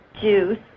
juice